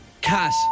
Cat